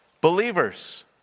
believers